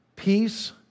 Peace